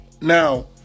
Now